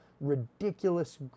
ridiculous